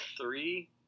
three